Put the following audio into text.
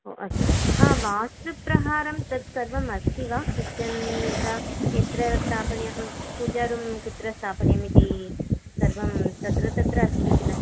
ओ अस्तु हा वास्तुप्रकारं तत् सर्वम् अस्ति वा किचन् यथा यत्र स्थापनीयं पूजा रूं कुत्र स्थापनीयम् इति सर्वं तत्र तत्र अस्ति किल